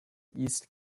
east